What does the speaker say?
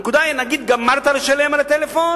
הנקודה היא, נגיד גמרת לשלם על הטלפון,